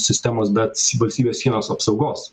sistemos bet valstybės sienos apsaugos